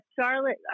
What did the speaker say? Charlotte